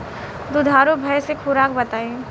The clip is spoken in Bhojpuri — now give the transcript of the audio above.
दुधारू भैंस के खुराक बताई?